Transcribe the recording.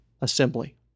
assembly